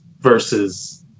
versus